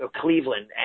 Cleveland